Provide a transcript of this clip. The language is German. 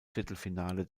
viertelfinale